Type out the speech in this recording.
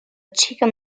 chicken